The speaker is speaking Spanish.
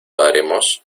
daremos